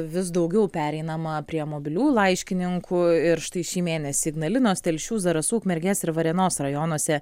vis daugiau pereinama prie mobilių laiškininkų ir štai šį mėnesį ignalinos telšių zarasų ukmergės ir varėnos rajonuose